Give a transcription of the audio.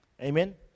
amen